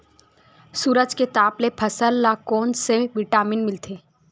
सूरज के ताप ले फसल ल कोन ले विटामिन मिल थे?